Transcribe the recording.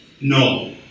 No